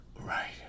Right